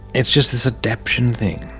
it's just this adaption thing.